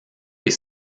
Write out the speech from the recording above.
les